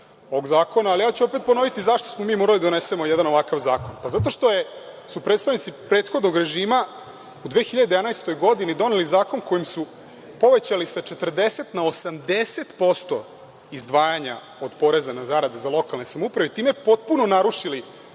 ovog zakona. Ja ću opet ponoviti zašto smo mi morali da donesemo jedan ovakav zakon. Zato što su predstavnici prethodnog režima u 2011. godini doneli zakon kojim su povećali sa 40 na 80% izdvajanja od poreza na zarade za lokalne samouprave i time potpuno narušili